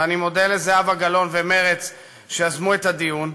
ואני מודה לזהבה גלאון ומרצ שיזמו את הדיון,